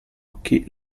occhi